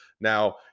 now